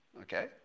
okay